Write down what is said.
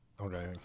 Okay